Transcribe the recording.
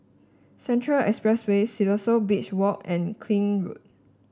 Central Expressway Siloso Beach Walk and Keene Road